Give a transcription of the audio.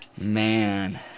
Man